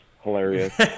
hilarious